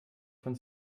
von